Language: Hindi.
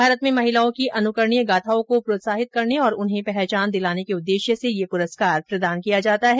भारत में महिलाओं की अनुकरणीय गाथाओं को प्रोत्साहित करने और उन्हें पहचान दिलाने के उददेश्य से यह पुरस्कार प्रदान किया जाता है